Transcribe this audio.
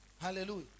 Hallelujah